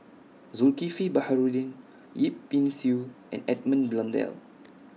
Zulkifli Baharudin Yip Pin Xiu and Edmund Blundell